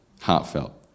Heartfelt